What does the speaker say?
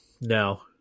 no